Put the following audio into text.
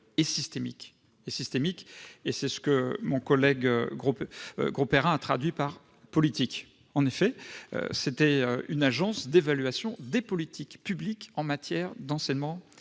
et systémique, ce que mon collègue Grosperrin a traduit par « politique ». En effet, c'était une agence d'évaluation des politiques publiques en matière d'enseignement